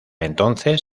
entonces